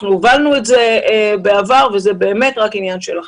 אנחנו הובלנו את זה בעבר וזה באמת רק עניין של החלטה.